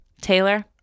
Taylor